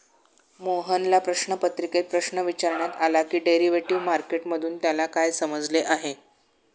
मोहनला प्रश्नपत्रिकेत प्रश्न विचारण्यात आला की डेरिव्हेटिव्ह मार्केट मधून त्याला काय समजले आहे?